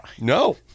no